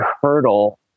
hurdle